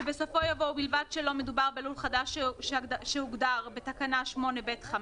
שבסופו יבוא: "ובלבד שלא מדובר בלול חדש שהוגדר בתקנה 8(ב)(5).